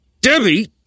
Debbie